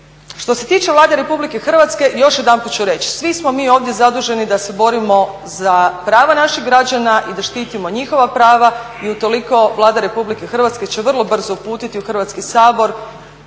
Što se tiče Vlade RH još jedanput ću reći, svi smo mi ovdje zaduženi da se borimo za prava naših građana i da štitimo njihova prava i utoliko Vlada RH će vrlo brzo uputiti u Hrvatski sabor